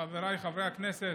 חבריי חברי הכנסת,